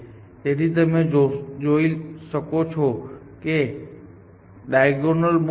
તેથી તમે જોઈ શકો છો કે તે ડાઈગોનલ મૂવ્સ છે